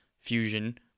Fusion